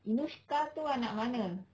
inushka tu anak mana